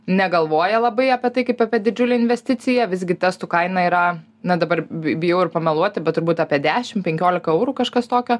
negalvoja labai apie tai kaip apie didžiulę investiciją visgi testų kaina yra na dabar bijau ir pameluoti bet turbūt apie dešim penkiolika eurų kažkas tokio